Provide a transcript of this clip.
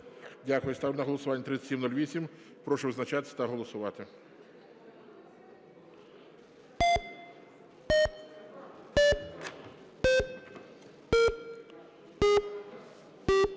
3705. Ставлю на голосування. Прошу визначатися та голосувати.